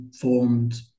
formed